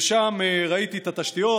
ושם ראיתי את התשתיות.